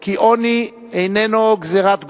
כי עוני איננו גזירת גורל,